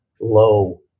low